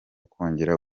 kongera